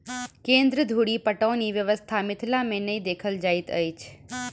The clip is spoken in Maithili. केन्द्र धुरि पटौनी व्यवस्था मिथिला मे नै देखल जाइत अछि